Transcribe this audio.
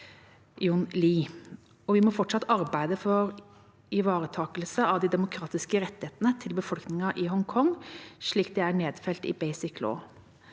John Lee. Vi må fortsatt arbeide for ivaretakelse av de demokratiske rettighetene til befolkningen i Hongkong, slik de er nedfelt i Basic Law.